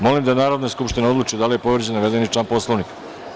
Molim da Narodna skupština odluči da li je povređen navedeni član Poslovnika.